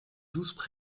douze